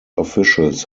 officials